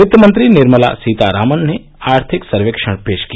वित्त मंत्री निर्मला सीतारामन ने आर्थिक सर्वेक्षण पेश किया